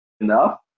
enough